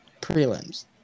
Prelims